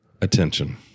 attention